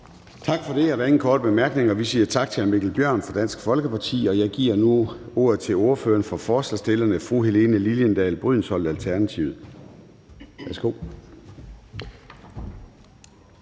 Gade): Der er ingen korte bemærkninger. Vi siger tak til hr. Mikkel Bjørn fra Dansk Folkeparti, og jeg giver nu ordet til ordføreren for forslagsstillerne, fru Helene Liliendahl Brydensholt, Alternativet. Værsgo.